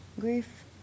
Grief